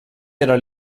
era